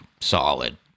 solid